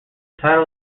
title